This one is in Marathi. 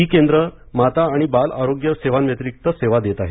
ही केंद्रे माता आणि बाल आरोग्य सेवांव्यतिरिक सेवा देत आहेत